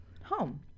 home